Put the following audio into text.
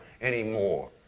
anymore